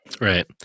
right